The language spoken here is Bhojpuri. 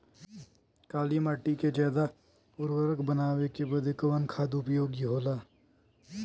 काली माटी के ज्यादा उर्वरक बनावे के बदे कवन खाद उपयोगी होला?